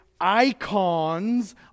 icons